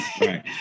Right